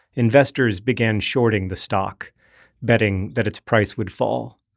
investors began shorting the stock betting that its price would fall.